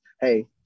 Hey